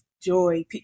joy